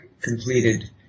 completed